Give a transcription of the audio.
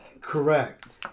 Correct